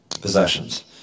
possessions